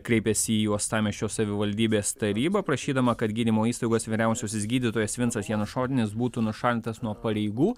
kreipėsi į uostamiesčio savivaldybės tarybą prašydama kad gydymo įstaigos vyriausiasis gydytojas vincas janušonis būtų nušalintas nuo pareigų